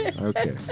okay